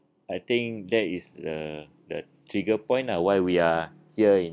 I think that is the the trigger point lah why we are here in